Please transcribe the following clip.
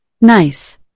Nice